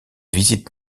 visite